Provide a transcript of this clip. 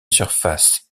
surface